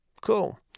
Cool